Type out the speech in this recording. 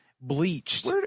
bleached